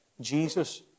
Jesus